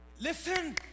Listen